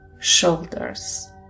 shoulders